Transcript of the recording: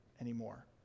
anymore